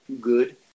good